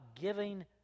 giving